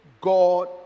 God